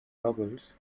goggles